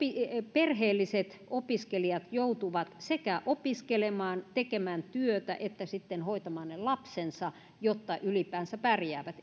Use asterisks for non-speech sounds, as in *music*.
perheelliset opiskelijat joutuvat sekä opiskelemaan tekemään työtä että sitten hoitamaan ne lapsensa jotta ylipäänsä pärjäävät *unintelligible*